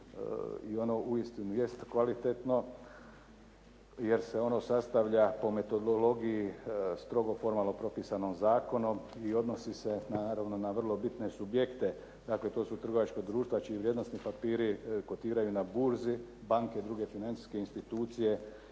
i ono uistinu jest kvalitetno, jer se ono sastavlja po metodologiji strogo formalnog propisanog zakonom i odnosi se naravno na vrlo bitne subjekte, dakle to su trgovačka društva čije vrijednosni papiri kotiraju na burzi, banke, druge financijske institucije